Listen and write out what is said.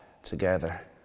together